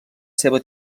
seva